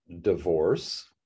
divorce